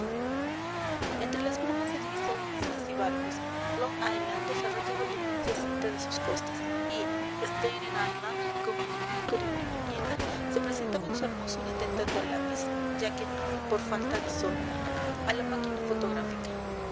entre las brumas se divisaban islas y barcos long island desarrollaba la inmensa cinta de sus costas y staten island como en el marco de una viñeta se presentaba en su hermosura tentando al lápiz ya que no por falta de sol a la máquina fotográfica